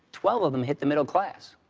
twelve of them hit the middle class.